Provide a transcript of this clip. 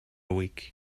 week